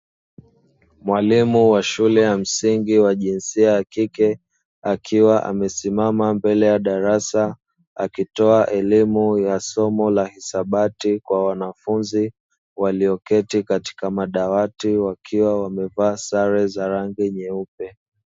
Mwalimu wa shule ya msingi wa jinsia ya kike akiwa amesimama mbele ya darasa akitoa elimu ya somo la hisabati kwa wanafunzi walioketi katika madawati wakiwa wamevaa sare za rangi nyeupe.